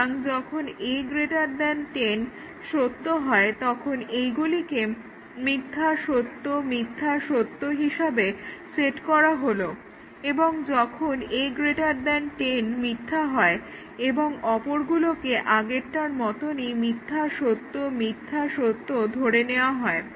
সুতরাং যখন a 10 সত্য হয় এবং তখন এইগুলোকে মিথ্যা সত্য মিথ্যা সত্য হিসেবে সেট করা হলো এবং যখন a 10 মিথ্যা হয় এবং অপরগুলোকে আগেরটার মতনই মিথ্যা সত্য মিথ্যা সত্য ধরে নেওয়া হয়